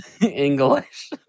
English